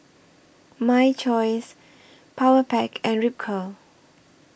My Choice Powerpac and Ripcurl